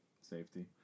Safety